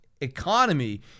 economy